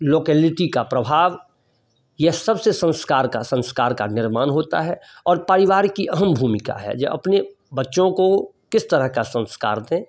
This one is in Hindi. लोकेलिटी का प्रभाव यह सबसे संस्कार का संस्कार का निर्माण होता है और परिवार की अहम भूमिका है जे अपने बच्चों को किस तरह का संस्कार दें